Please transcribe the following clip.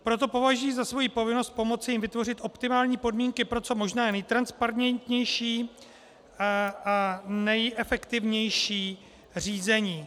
Proto považuji za svoji povinnost pomoci jim vytvořit optimální podmínky pro co možná nejtransparentnější a nejefektivnější řízení.